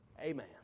Amen